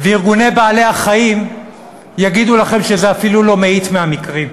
וארגוני בעלי-החיים יגידו לכם שזה אפילו לא מאית מהמקרים.